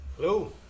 Hello